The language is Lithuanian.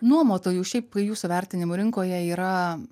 nuomotojų šiaip jūsų vertinimu rinkoje yra